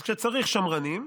אז כשצריך, שמרנים,